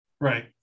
Right